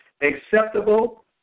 acceptable